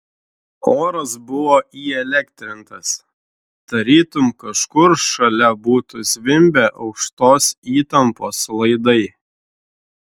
oras buvo įelektrintas tarytum kažkur šalia būtų zvimbę aukštos įtampos laidai